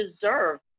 deserve